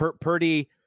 Purdy